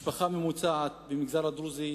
משפחה ממוצעת במגזר הדרוזי,